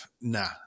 nah